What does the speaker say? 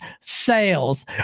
sales